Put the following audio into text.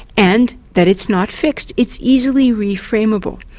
and that it's not fixed, it's easily reframable.